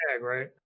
right